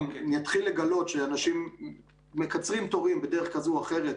אם נתחיל לגלות שאנשים מקצרים תורים בדרך כזו או אחרת